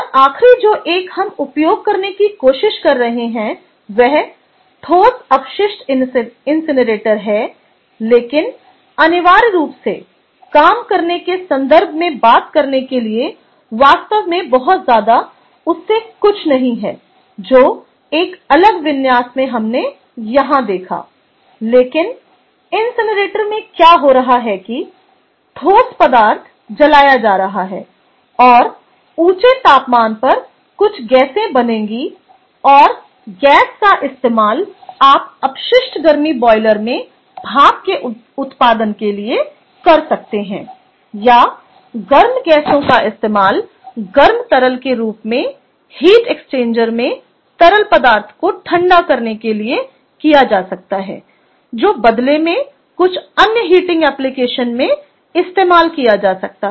और आखरी जो एक हम उपयोग करने की कोशिश कर रहे हैं वह ठोस अपशिष्ट इनसिनरेटर है लेकिन अनिवार्य रूप से काम करने के संदर्भ में बात करने के लिए वास्तव में बहुत ज्यादा उससे कुछ नहीं है जो एक अलग विन्यास में हमने यहां देखा लेकिन इनसिनरेटर में क्या हो रहा है कि ठोस पदार्थ जलाया जा रहा है और ऊंचे तापमान पर कुछ गैसें बनेंगी और गैस का इस्तेमाल आप अपशिष्ट गर्मी बॉयलर में भाप के उत्पादन के लिए कर सकते हैं या गर्म गैसों का इस्तेमाल गर्म तरल के रूप में हीट एक्सचेंजर में तरल पदार्थ को ठंडा करने के लिए किया जा सकता है जो बदले में कुछ अन्य हीटिंग एप्लिकेशन में इस्तेमाल किया जा सकता है